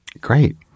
Great